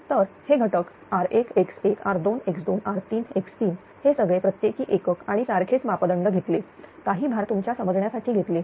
तर हे घटक r1x1r2x2r3x3 हे सगळे प्रत्येकी एकक आणि सारखेच मापदंड घेतले काही भार तुमच्या समजण्यासाठी घेतले